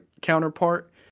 counterpart